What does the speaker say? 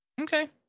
Okay